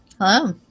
Hello